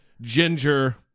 ginger